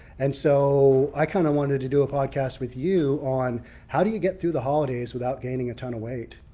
and so i kind of wanted to do a podcast with you on how do you get through the holidays without gaining a ton of weight.